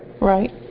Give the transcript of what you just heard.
Right